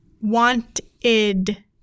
Wanted